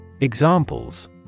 Examples